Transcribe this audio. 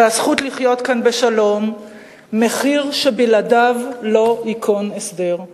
והזכות לחיות כאן בשלום מחיר שבלעדיו לא ייכון הסדר.